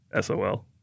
SOL